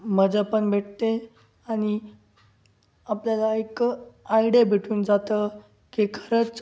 मजा पण भेटते आणि आपल्याला एक आयडिया भेटून जातं की खरंच